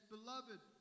Beloved